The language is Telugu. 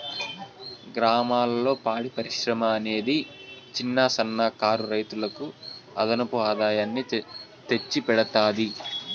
గ్రామాలలో పాడి పరిశ్రమ అనేది చిన్న, సన్న కారు రైతులకు అదనపు ఆదాయాన్ని తెచ్చి పెడతాది